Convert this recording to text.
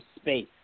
space